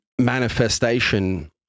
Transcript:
manifestation